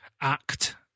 act